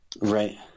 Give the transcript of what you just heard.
Right